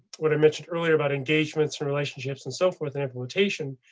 what i mentioned earlier about engagements in relationships and so forth and implementation.